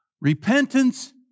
repentance